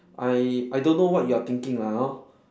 I I don't know what you are thinking lah hor